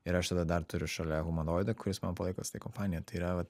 ir aš tada dar turiu šalia humanoidą kuris man palaiko kompaniją tai yra